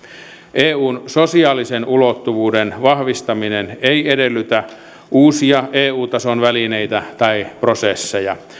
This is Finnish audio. eun sosiaalisen ulottuvuuden vahvistaminen ei edellytä uusia eu tason välineitä tai prosesseja